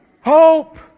Hope